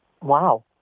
wow